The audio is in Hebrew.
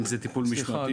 אם זה טיפול משפטי.